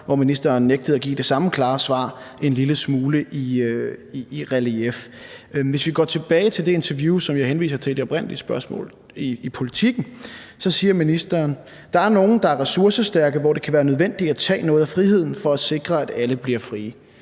hvor ministeren nægtede at give det samme klare svar, en lille smule i relief. Hvis vi går tilbage til det interview i Politiken, som jeg henviser til i det oprindelige spørgsmål, så siger ministeren: »Der er nogle, der er ressourcestærke, hvor det kan være nødvendigt at tage noget af friheden for at sikre, at alle bliver frie«.